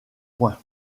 point